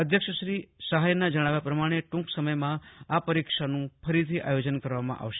અધ્યક્ષશ્રી સહાયનાં જજ્જાવ્યા પ્રમાજ્ઞે ટૂંક સમયમાં આ પરીક્ષાનું ફરીથી આયોજન કરવામાં આવશે